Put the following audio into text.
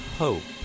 hope